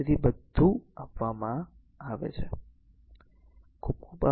તેથી બધું આપવામાં આવે છે